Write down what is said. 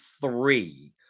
three